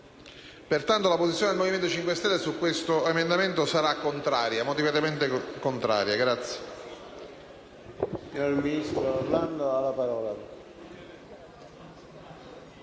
Pertanto, la posizione del Movimento 5 Stelle su questo emendamento sarà motivatamente contraria.